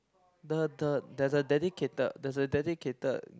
the the there's a dedicated there's a dedicated